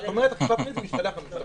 כשאת אומרת אכיפה בררנית זה משתלח במשטרה.